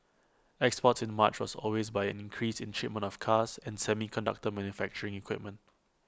exports in March was always by an increase in shipments of cars and semiconductor manufacturing equipment